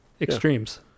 Extremes